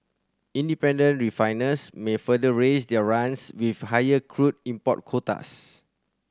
independent refiners may further raise their runs with higher crude import quotas